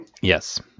Yes